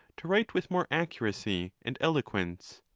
to write with more accuracy and eloquence.